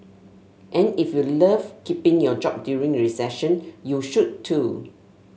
and if you love keeping your job during recession you should too